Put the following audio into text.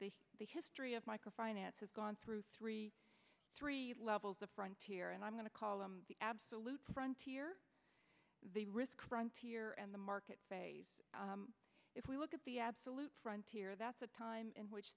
that the history of micro finance has gone through three three levels the frontier and i'm going to call them the absolute frontier the risk run tier and the market if we look at the absolute front here that's the time in which